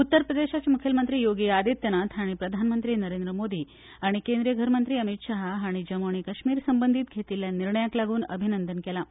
उत्तर प्रदेशाचे मुख्यमंत्री योगी आदित्यनाथ हांणी प्रधानमंत्री नरेंद्र मोदी आनी केंद्रीय घर मंत्री अमीत शाह हांणी जम्मू आनी कश्मीर संबंदी घेतिल्ल्या निर्णयाक लागून अभिनंदन केलां